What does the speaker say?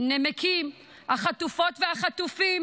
נמקים החטופות והחטופים